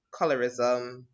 colorism